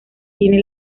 tiene